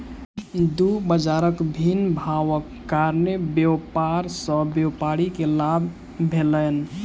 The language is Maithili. दू बजारक भिन्न भावक कारणेँ व्यापार सॅ व्यापारी के लाभ भेलैन